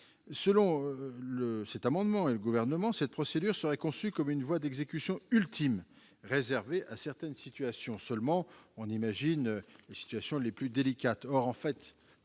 parentale. Selon le Gouvernement, cette procédure serait conçue comme une voie d'exécution ultime, réservée à certaines situations seulement- on imagine qu'il s'agit des situations les plus délicates.